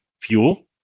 fuel